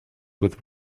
with